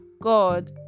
God